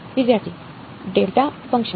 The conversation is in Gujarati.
વિદ્યાર્થી ડેલ્ટા ફંક્શન